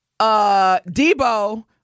Debo